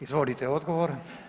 Izvolite odgovor.